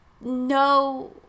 no